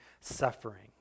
suffering